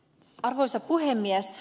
arvoisa puhemies